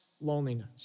loneliness